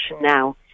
now